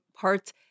parts